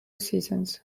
seasons